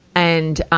and, ah,